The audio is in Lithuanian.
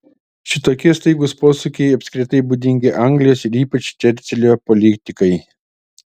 šitokie staigūs posūkiai apskritai būdingi anglijos ir ypač čerčilio politikai